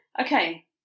Okay